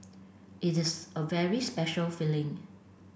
it is a very special feeling